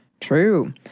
True